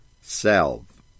SALVE